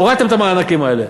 הורדתם את המענקים האלה.